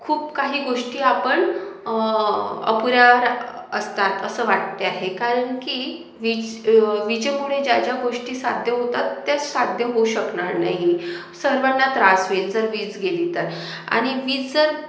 खूप काही गोष्टी आपण अपुऱ्या रा असतात असं वाटते आहे कारण की वीज विजेमुळे ज्या ज्या गोष्टी साध्य होतात त्या साध्य होऊ शकणार नाही सर्वांना त्रास होईल जर वीज गेली तर आणि वीज जर